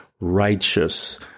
righteous